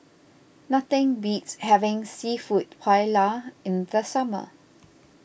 nothing beats having Seafood Paella in the summer